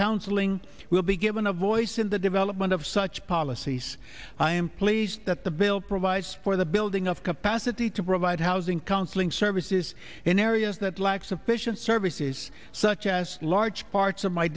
counseling will be given a voice in the development of such policies i am pleased that the bill provides for the building of capacity to provide housing counseling services in areas that lack sufficient services such as large parts of my